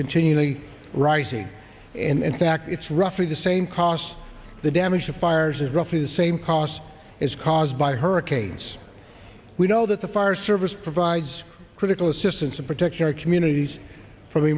continually rising and in fact it's roughly the same cost the damage to fires roughly the same cost as caused by hurricanes we know that the fire service provides critical assistance to protect our communities fro